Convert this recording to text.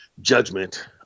judgment